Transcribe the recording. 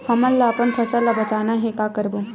हमन ला अपन फसल ला बचाना हे का करबो?